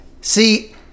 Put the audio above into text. See